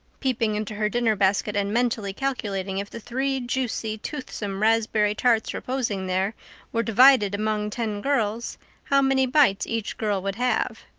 peeping into her dinner basket and mentally calculating if the three juicy, toothsome, raspberry tarts reposing there were divided among ten girls how many bites each girl would have.